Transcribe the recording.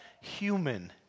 human